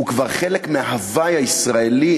הוא כבר חלק מההווי הישראלי.